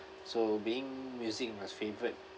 so being music my favourite